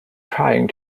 trying